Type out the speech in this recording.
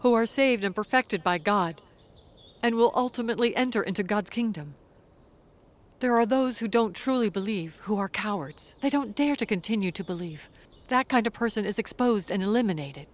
are saved and perfected by god and will ultimately enter into god's kingdom there are those who don't truly believe who are cowards they don't dare to continue to believe that kind of person is exposed and eliminate